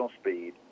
speed